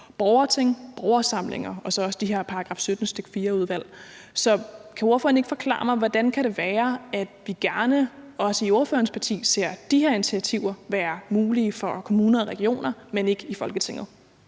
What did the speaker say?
borgerting, borgersamlinger og så også de her § 17, stk. 4-udvalg. Så kan ordføreren ikke forklare mig, hvordan det kan være, at man gerne, også i ordførerens parti, ser de her initiativer være mulige for kommuner og regioner, men ikke i Folketinget?